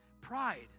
Pride